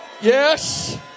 Yes